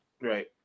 Right